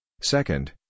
Second